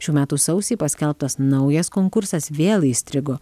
šių metų sausį paskelbtas naujas konkursas vėl įstrigo